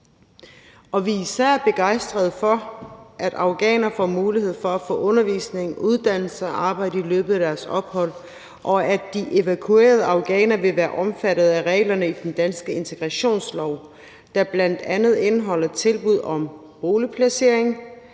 vi er især begejstrede for, at afghanere får mulighed for at få undervisning, uddannelse og arbejde i løbet af deres ophold, og at de evakuerede afghanere vil være omfattet af reglerne i den danske integrationslov, der bl.a. indeholder tilbud om boligplacering,